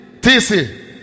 TC